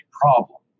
problem